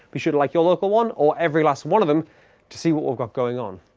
be sure to like your local one or every last one of them to see what we've got going on.